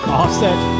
offset